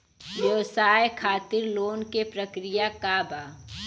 व्यवसाय खातीर लोन के प्रक्रिया का बा?